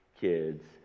kids